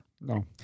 No